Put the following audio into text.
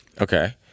okay